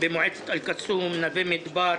במועצת אל קסום ונווה מדבר,